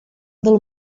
del